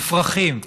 מופרכים.